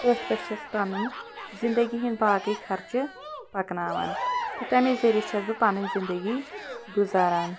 تٔتھۍ پٮ۪ٹھ چھیٚس پَنُن زِندگی ہنٛدۍ باقٕے خرچہٕ پَکناوان تہٕ تَمے ذریعہِ چھیٚس بہٕ پَنٕنۍ زِندگی گُزاران